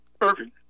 Irving